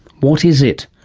what is it?